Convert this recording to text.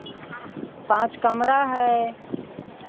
पाँच कमरा है